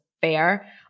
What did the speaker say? fair